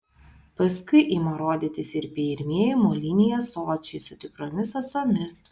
paskui ima rodytis ir pirmieji moliniai ąsočiai su tikromis ąsomis